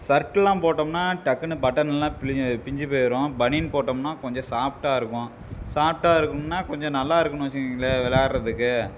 சர்ட்டெல்லாம் போட்டோம்னால் டக்குனு பட்டனெல்லாம் பிஞ்சு போயிடும் பனியன் போட்டோம்னால் கொஞ்சம் சாஃப்ட்டாக இருக்கும் சாஃப்ட்டாக இருக்கும்னால் கொஞ்சம் நல்லா இருக்கும்னு வெச்சுக்குங்களேன் விளாட்றதுக்கு